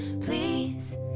Please